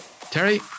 Terry